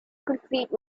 complete